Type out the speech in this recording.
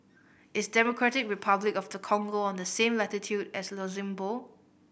is Democratic Republic of the Congo on the same latitude as Luxembourg